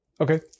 okay